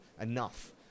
enough